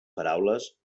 paraules